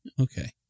okay